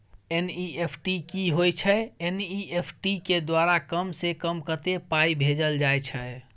NEFT की होय छै एन.ई.एफ.टी के द्वारा कम से कम कत्ते पाई भेजल जाय छै?